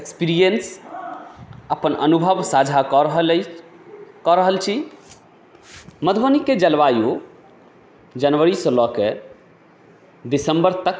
experience अपन अनुभव साझा कऽ रहल अछि कऽ रहल छी मधुबनीके जलवायु जनवरीसँ लअ कऽ दिसम्बर तक